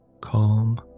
Calm